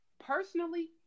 personally